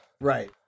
Right